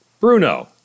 Bruno